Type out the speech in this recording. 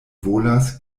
volas